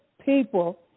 people